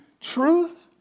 truth